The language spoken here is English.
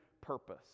purpose